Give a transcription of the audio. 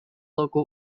local